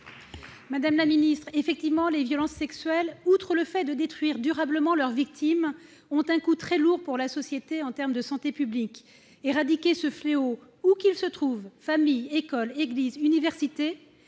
Madame la ministre, les violences sexuelles, outre qu'elles détruisent durablement leurs victimes, ont un coût très lourd pour la société en termes de santé publique. Éradiquer ce fléau où qu'il se manifeste -famille, école, église, université